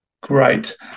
great